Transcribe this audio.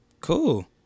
cool